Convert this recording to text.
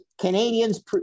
Canadians